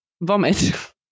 vomit